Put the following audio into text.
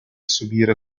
subire